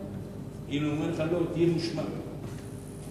מי שמצביע נגד,